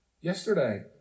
Yesterday